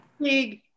big